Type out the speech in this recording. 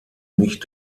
nicht